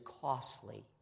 costly